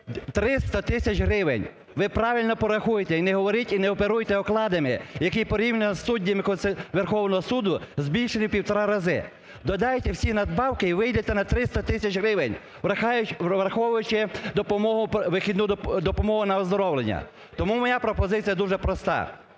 300 тисяч гривень. Ви правильно порахуйте і не говоріть, не оперуйте окладами, який порівняно із суддями Верховного Суду збільшений у півтора рази. Додайте всі надбавки і вийдете на 300 тисяч гривень, враховуючи допомогу на оздоровлення. Тому моя пропозиція дуже проста.